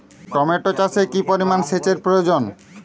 Tomato চাষে কি পরিমান সেচের প্রয়োজন?